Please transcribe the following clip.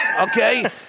Okay